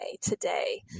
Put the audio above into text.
today